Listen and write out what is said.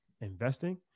investing